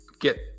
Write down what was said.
get